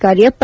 Cariappa